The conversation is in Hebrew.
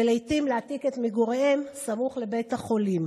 ולעיתים להעתיק את מגוריהם סמוך לבית החולים.